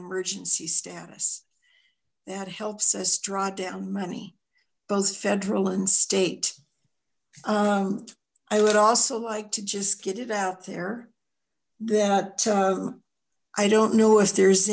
emergency status that helps us draw down money both federal and state i would also like to just get it out there that i don't know if there's